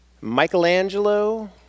Michelangelo